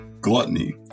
gluttony